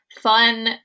fun